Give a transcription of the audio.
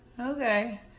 Okay